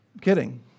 kidding